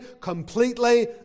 completely